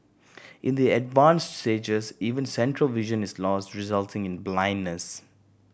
in the advanced stages even central vision is lost resulting in blindness